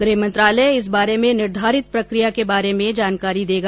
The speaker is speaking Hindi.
गृह मंत्रालय इस बारे में निर्धारित प्रक्रिया के बारे में जानकारी देगा